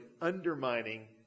undermining